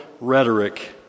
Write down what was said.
rhetoric